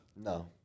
No